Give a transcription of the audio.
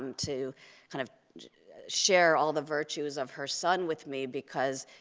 um to kind of share all the virtues of her son with me, because,